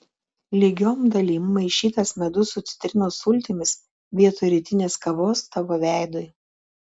lygiom dalim maišytas medus su citrinos sultimis vietoj rytinės kavos tavo veidui